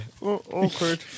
Awkward